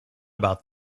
about